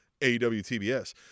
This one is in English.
AWTBS